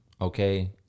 okay